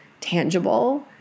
tangible